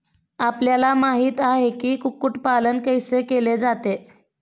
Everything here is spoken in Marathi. आपल्याला माहित आहे की, कुक्कुट पालन कैसे केले जाते?